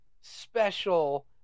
special